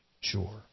sure